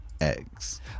eggs